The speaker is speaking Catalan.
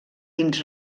dins